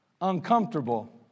uncomfortable